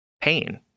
pain